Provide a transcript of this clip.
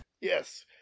Yes